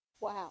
Wow